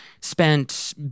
spent